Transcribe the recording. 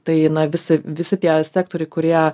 tai visi visi tie sektoriai kurie